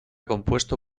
compuesto